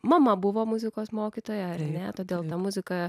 mama buvo muzikos mokytoja ar ne todėl ta muzika